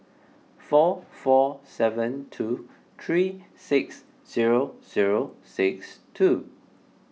four four seven two three six zero zero six two